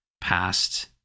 past